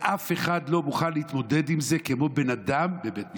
ואף אחד לא מוכן להתמודד עם זה כמו בן אדם בבית משפט.